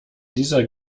dieser